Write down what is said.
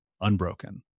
unbroken